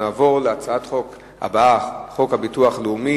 נעבור להצעת החוק הבאה: הצעת חוק הביטוח הלאומי